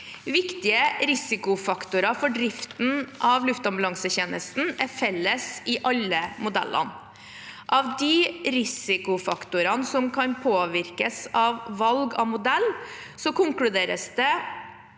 Viktige risikofaktorer for driften av luftambulansetjenesten er felles i alle modellene. Når det gjelder de risikofaktorene som kan påvirkes av valg av modell, konkluderes det